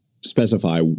specify